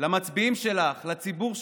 למצביעים שלך, לציבור שלך?